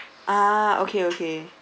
ah okay okay